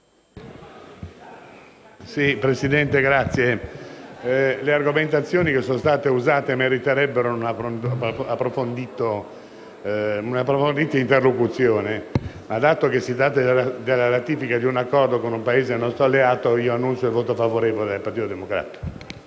Presidente, le argomentazioni che sono state usate meriterebbero un'approfondita interlocuzione, ma dato che si tratta della ratifica di un accordo con un Paese nostro alleato, dichiaro il voto favorevole del Gruppo del Partito Democratico.